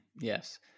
Yes